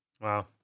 Wow